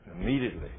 Immediately